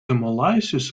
hemolysis